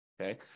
Okay